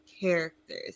characters